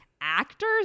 actors